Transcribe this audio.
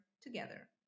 together